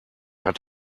hat